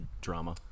drama